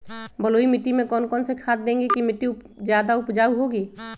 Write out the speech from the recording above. बलुई मिट्टी में कौन कौन से खाद देगें की मिट्टी ज्यादा उपजाऊ होगी?